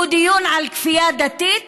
הוא דיון על כפייה דתית,